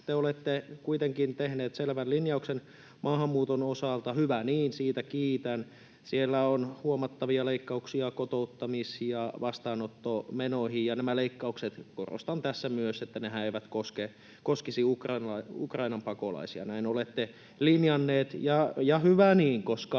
te olette kuitenkin tehneet selvän linjauksen maahanmuuton osalta, hyvä niin, siitä kiitän. Siellä on huomattavia leikkauksia kotouttamis- ja vastaanottomenoihin, ja korostan tässä myös, että nämä leikkauksethan eivät koskisi Ukrainan pakolaisia. [Sanna Antikainen: Ei!] Näin